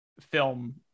film